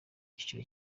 icyiciro